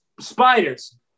spiders